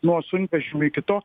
nuo sunkvežimių iki to